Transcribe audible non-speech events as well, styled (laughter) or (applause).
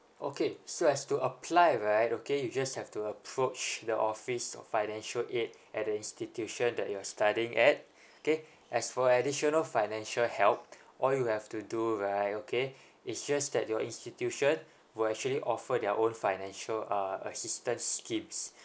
okay so as to apply right okay you just have to approach the office of financial aid at the institution that you're studying at okay as for additional financial help all you have to do right okay (breath) it's just that your institution will actually offer their own financial uh assistance schemes